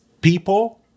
people